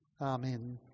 amen